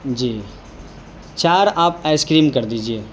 جی چار آپ ice cream کر دیجیے